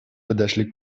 подошли